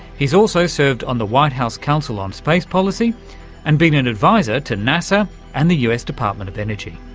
he's also served on the white house council on space policy and been an advisor to nasa and the us department of energy.